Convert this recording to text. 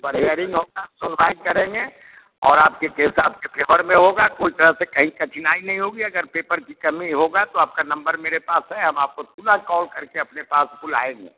उस पर हेयरिंग होगी सुनवाई करेंगे और आपके केस आपके फेभर में होगा कोई तरह कहीं कठिनाई नहीं होगी अगर पेपर की कमी होगा तो आपका नम्बर मेरे पास है हम आपको पुनः कॉल करके अपने पास बुलाएँगे